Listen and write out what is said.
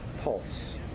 Pulse